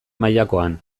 mailakoan